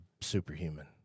superhuman